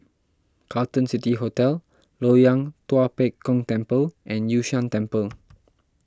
Carlton City Hotel Loyang Tua Pek Kong Temple and Yun Shan Temple